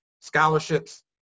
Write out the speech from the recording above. scholarships